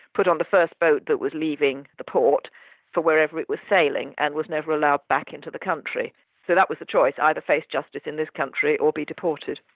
put on the first boat that was leaving the port for wherever it was sailing, and was never allowed back into the country. so that was the choice either face justice in this country or be deported.